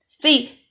See